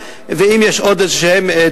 ואם יש עוד איזה דברים,